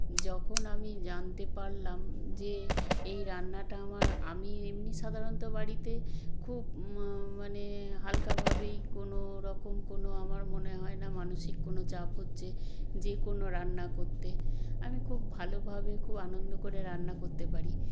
যখন আমি জানতে পারলাম যে এই রান্নাটা আমার আমি এমনি সাধারণত বাড়িতে খুব মানে হালকাভাবেই কোনোরকম কোনো আমার মনে হয় না মানসিক কোনো চাপ হচ্ছে যেকোনো রান্না করতে আমি খুব ভালোভাবে খুব আনন্দ করে রান্না করতে পারি